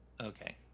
Okay